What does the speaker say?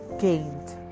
Gained